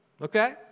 Okay